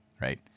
right